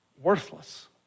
worthless